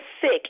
sick